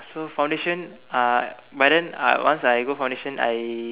so foundation uh by then I once I go foundation I